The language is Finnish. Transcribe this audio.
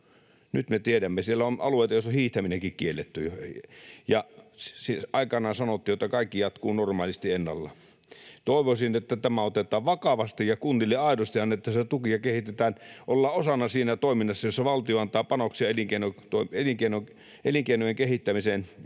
nyt me tiedämme. Siellä on alueita, joilla on hiihtäminenkin kielletty, ja aikoinaan sanottiin, että kaikki jatkuu normaalisti ennallaan. Toivoisin, että tämä otetaan vakavasti ja kunnille aidosti annettaisiin tuki, kehitetään ja ollaan osana siinä toiminnassa, jossa valtio antaa panoksia elinkeinojen kehittämiseen,